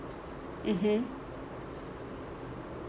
mmhmm